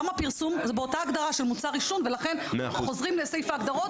זה באותה הגדרה של מוצר עישון ולכן חוזרים לסעיף ההגדרות